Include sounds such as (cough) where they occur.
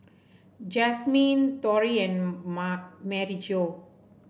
Jasmyne Torry and (unintelligible) Maryjo